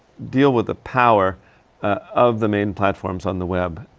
deal with the power ah of the main platforms on the web.